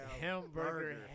Hamburger